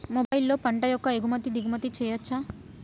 మొబైల్లో పంట యొక్క ఎగుమతి దిగుమతి చెయ్యచ్చా?